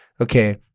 okay